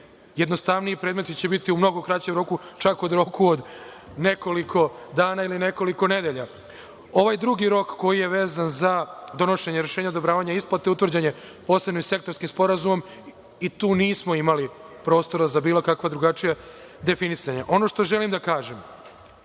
jednostavniji predmeti će biti u mnogo kraćem roku, čak u roku od nekoliko dana ili nekoliko nedelja. Ovaj drugi rok koji je vezan za donošenje rešenja, odobravanja isplate, utvrđen je posebni sektorski sporazum i tu nismo imali prostora za bilo kakva drugačija definisanja. Ono što želim da kažem,